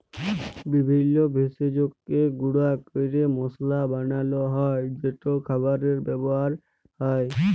বিভিল্য ভেষজকে গুঁড়া ক্যরে মশলা বানালো হ্যয় যেট খাবারে ব্যাবহার হ্যয়